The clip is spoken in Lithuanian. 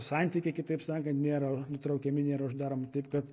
santykiai kitaip sakant nėra nutraukiami nėra uždaromi taip kad